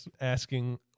asking